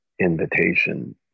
invitation